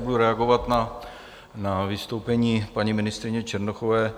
Já budu reagovat na vystoupení paní ministryně Černochové.